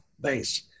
base